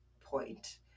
point